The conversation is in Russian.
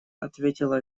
ответила